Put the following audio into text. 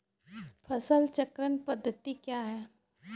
फसल चक्रण पद्धति क्या हैं?